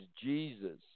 Jesus